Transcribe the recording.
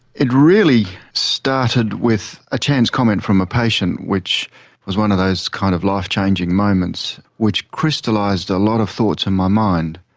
it really started with a chance comment from a patient which was one of those kind of life-changing moments which crystallised a lot of thoughts in my mind.